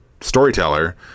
storyteller